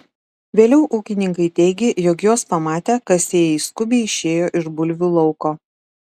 vėliau ūkininkai teigė jog juos pamatę kasėjai skubiai išėjo iš bulvių lauko